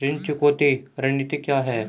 ऋण चुकौती रणनीति क्या है?